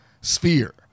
sphere